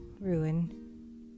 ruin